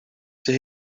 zij